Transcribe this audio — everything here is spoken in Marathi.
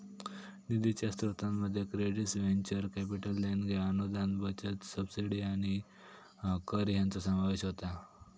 निधीच्या स्रोतांमध्ये क्रेडिट्स, व्हेंचर कॅपिटल देणग्या, अनुदान, बचत, सबसिडी आणि कर हयांचो समावेश होता